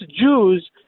Jews